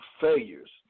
failures